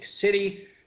City